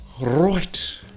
Right